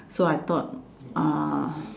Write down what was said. so I thought uh